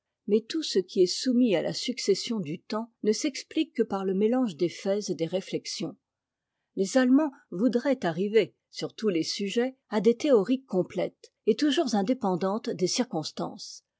mais tout ce qui est soumis à la succession du temps ne s'explique que par'le mélange des faits et des réflexions les allemands voudraient arriver sur tous les sujets à des théories complètes et toujours indépendantes des circonstances